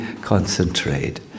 concentrate